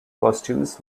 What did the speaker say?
costumes